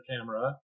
Camera